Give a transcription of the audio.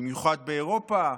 במיוחד באירופה.